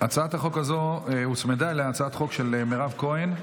הצעת החוק הזאת הוצמדה להצעת חוק של מירב כהן.